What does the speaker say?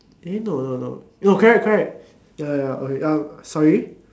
eh no no no no correct correct ya ya okay ya sorry